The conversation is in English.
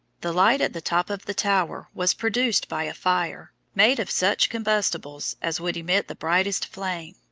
the light at the top of the tower was produced by a fire, made of such combustibles as would emit the brightest flame.